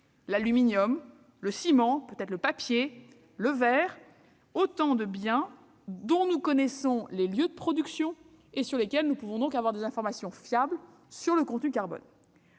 l'aluminium, le ciment, et peut-être aussi le papier ou le verre, autant de biens dont nous connaissons les lieux de production et pour lesquels nous pouvons avoir des informations fiables sur leur contenu carbone.